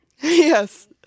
Yes